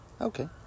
okay